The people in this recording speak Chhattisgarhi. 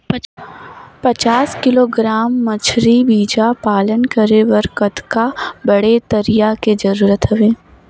पचास किलोग्राम मछरी बीजा पालन करे बर कतका बड़े तरिया के जरूरत हवय?